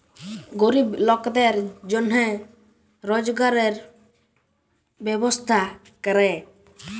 গরিব লকদের জনহে রজগারের ব্যবস্থা ক্যরে